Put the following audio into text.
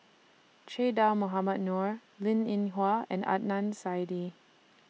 Che Dah Mohamed Noor Linn in Hua and Adnan Saidi